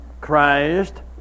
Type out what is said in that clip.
Christ